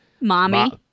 Mommy